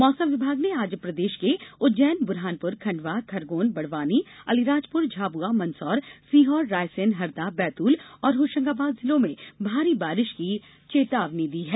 मौसम विभाग ने आज प्रदेश के उज्जैन बुरहानपुर खंडवा खरगोन बड़वानी अलीराजपुर झाबुआ मंदसौर सीहोर रायसेन हरदा बैतूल और होशंगाबाद जिलों में भारी बारिश की चेतावनी दी है